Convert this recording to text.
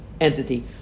entity